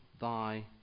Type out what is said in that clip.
thy